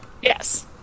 Yes